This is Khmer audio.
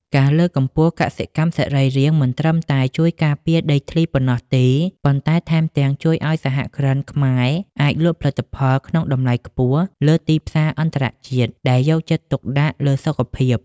ការលើកកម្ពស់កសិកម្មសរីរាង្គមិនត្រឹមតែជួយការពារដីធ្លីប៉ុណ្ណោះទេ ប៉ុន្តែថែមទាំងជួយឱ្យសហគ្រិនខ្មែរអាចលក់ផលិតផលក្នុងតម្លៃខ្ពស់លើទីផ្សារអន្តរជាតិដែលយកចិត្តទុកដាក់លើសុខភាព។